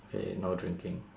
K no drinking